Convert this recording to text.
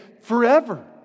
forever